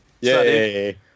Yay